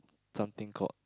something called